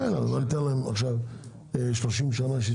כן, אבל ניתן להם עכשיו 30 שנה?